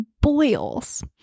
boils